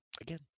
Again